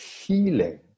healing